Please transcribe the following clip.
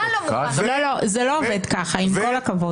זה לא עובד ככה, עם כל הכבוד.